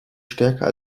stärker